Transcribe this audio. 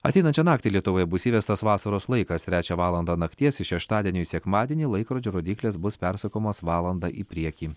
ateinančią naktį lietuvoje bus įvestas vasaros laikas trečią valandą nakties iš šeštadienio į sekmadienį laikrodžio rodyklės bus persukamos valandą į priekį